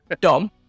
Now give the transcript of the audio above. Dom